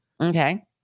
Okay